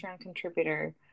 contributor